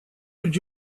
would